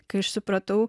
kai aš supratau